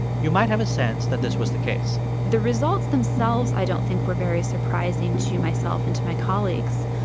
you might have a sense that this was the case the results themselves i don't think were very surprising to myself and to my colleagues.